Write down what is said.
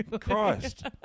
Christ